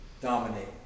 dominate